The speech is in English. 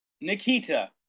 Nikita